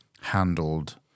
handled